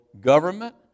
government